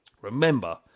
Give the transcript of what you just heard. remember